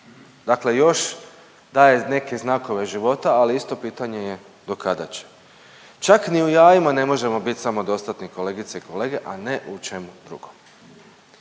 dakle još daje neke znakove života, ali isto pitanje je do kada će. Čak ni u jajima ne možemo biti samodostatni kolegice i kolege, a ne u čemu drugom.